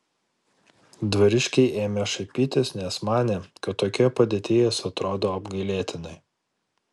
dvariškiai ėmė šaipytis nes manė kad tokioje padėtyje jis atrodo apgailėtinai